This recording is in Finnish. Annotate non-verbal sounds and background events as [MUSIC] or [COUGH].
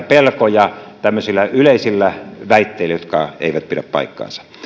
[UNINTELLIGIBLE] pelkoja tämmöisillä yleisillä väitteillä jotka eivät pidä paikkaansa